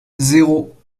zéro